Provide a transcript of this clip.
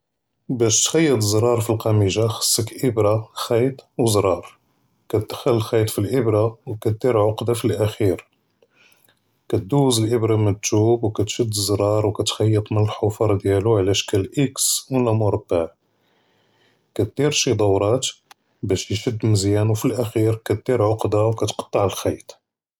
באש אכּ'יט זראר פלאקּמיג'ה, חצכ אִברא כִּיט וזראר, כתדח'ל אלכִּיט פלאִברא וכּדיר עקּדה פלאכאכִּיר, כדוז אלאִברא מתוב וכּתשד זראר וכּתכּ'יט מאלחפר דיאלו עאשכּל איקס ולא מרבּע, כּדיר שי דורות באש תּשד מזיאן, ופלאכאכִּיר כּדיר עקּדה כּתקטע לכִּיט.